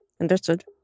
Understood